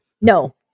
No